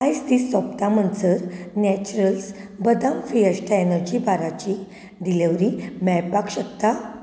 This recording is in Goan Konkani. आयज दीस सोंपता म्हणसर नॅचरल्स बदाम फिएस्टा एनर्जी बार ची डिलिव्हरी मेळपाक शकता